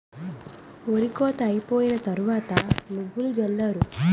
ఒరి కోత అయిపోయిన తరవాత నువ్వులు జల్లారు